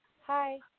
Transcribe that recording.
Hi